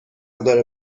داره